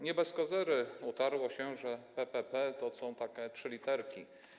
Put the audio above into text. Nie bez kozery utarło się, że PPP to są takie trzy literki.